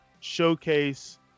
showcase